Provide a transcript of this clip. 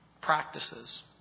Practices